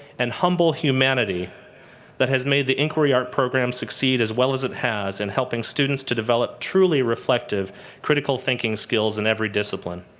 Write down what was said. and humble humanity that has made the inquiry arc program succeed as well as it has at and helping students to develop truly reflective critical thinking skills in every discipline.